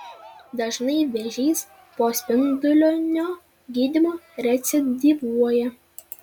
dažnai vėžys po spindulinio gydymo recidyvuoja